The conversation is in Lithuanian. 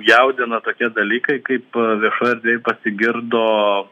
jaudina tokie dalykai kaip viešoj erdvėj pasigirdo